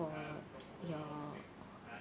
for your